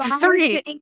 three